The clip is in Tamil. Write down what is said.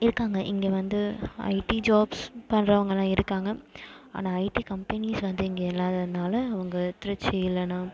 இருக்காங்க இங்கே வந்து ஐடி ஜாப்ஸ் பண்ணுறவங்களாம் இருக்காங்க ஆனால் ஐடி கம்பெனிஸ் வந்து இங்கே இல்லாததனால அவங்க திருச்சி இல்லைனா